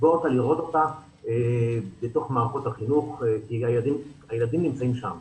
לראות אותה בתוך מערכות החינוך כי הילדים נמצאים שם.